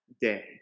day